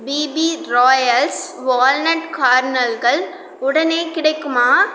BP Royals walnut கர்னல்கள் உடனே கிடைக்குமா